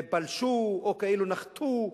שפלשו או כאילו נחתו.